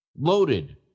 loaded